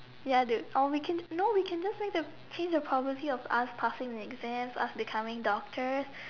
ya dude or we can no we can even make the change the probability of us passing the exams us becoming doctor